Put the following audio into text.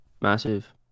massive